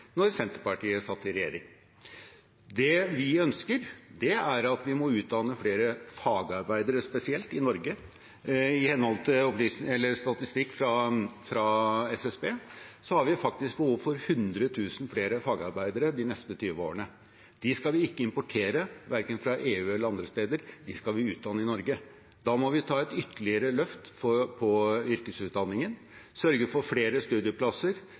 Senterpartiet satt i regjering. Det vi ønsker, er at vi må utdanne flere fagarbeidere i Norge. I henhold til statistikk fra SSB har vi faktisk behov for 100 000 flere fagarbeidere de neste 20 årene. De skal vi ikke importere, verken fra EU eller andre steder, de skal vi utdanne i Norge. Da må vi ta et ytterligere løft for yrkesutdanningen, sørge for flere studieplasser,